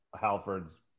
halford's